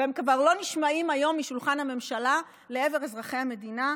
והם כבר לא נשמעים היום משולחן הממשלה לעבר אזרחי המדינה,